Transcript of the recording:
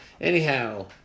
anyhow